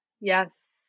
Yes